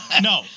No